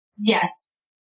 Yes